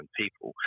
people